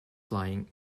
flying